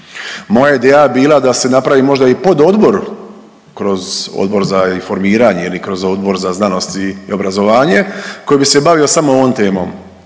Moja je ideja bila da se napravi možda i pododbor kroz Odbor za informiranje ili kroz Odbor za znanost i obrazovanje koji bi se bavio samo ovom temom.